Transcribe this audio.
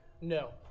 No